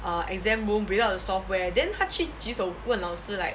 err exam room without the software then 他去举手问老师 like